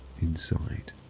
inside